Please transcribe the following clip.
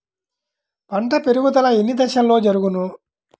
పంట పెరుగుదల ఎన్ని దశలలో జరుగును?